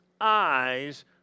eyes